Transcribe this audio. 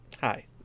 Hi